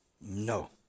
No